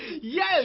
Yes